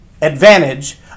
advantage